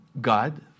God